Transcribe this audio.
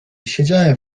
siedziałem